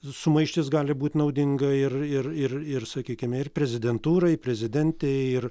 sumaištis gali būti naudinga ir ir ir ir sakykime ir prezidentūrai prezidentei ir